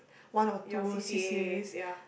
one or two c_c_as